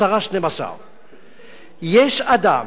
10 12. יש אדם,